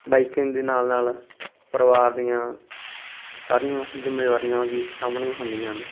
biking ਦੇ ਨਾਲ ਨਾਲ ਪਰਿਵਾਰ ਦੀਆਂ ਸਾਰੀਆਂ ਜ਼ਿੰਮੇਵਾਰੀਆਂ ਵੀ ਸਾਂਭਣੀਆਂ ਹੁੰਦੀਆਂ ਨੇ